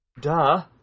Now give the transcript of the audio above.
duh